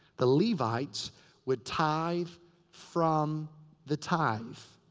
the levites would tithe from the tithe.